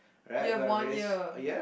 you have one year